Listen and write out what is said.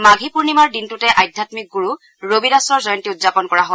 মাঘী পূৰ্ণিমাৰ দিনটোতে আধ্যাম্মিক গুৰু ৰবি দাসৰ জয়ন্তী উদযাপন কৰা হয়